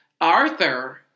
Arthur